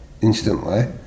instantly